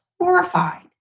horrified